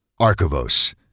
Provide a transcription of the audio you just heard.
Archivos